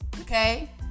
okay